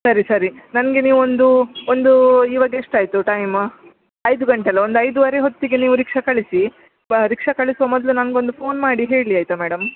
ಸರಿ ಸರಿ ನನಗೆ ನೀವೊಂದು ಒಂದು ಇವಾಗ ಎಷ್ಟಾಯಿತು ಟೈಮ್ ಐದು ಗಂಟೆ ಅಲ್ಲ ಒಂದು ಐದೂವರೆ ಹೊತ್ತಿಗೆ ನೀವು ರಿಕ್ಷಾ ಕಳಿಸಿ ರಿಕ್ಷಾ ಕಳಿಸುವ ಮೊದಲು ನಮಗೊಂದು ಫೋನ್ ಮಾಡಿ ಹೇಳಿ ಆಯ್ತಾ ಮೇಡಮ್